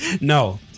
no